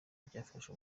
byafashe